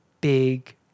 big